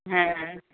হ্যাঁ